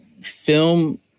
film